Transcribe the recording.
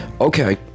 Okay